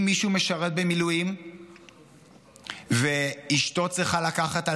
אם מישהו משרת במילואים ואשתו צריכה לקחת על